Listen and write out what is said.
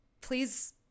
Please